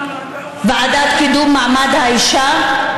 ועדת קידום מעמד האישה,